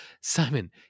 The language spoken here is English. Simon